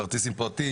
כרטיס עם פרטים?